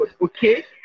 okay